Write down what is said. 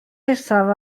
nesaf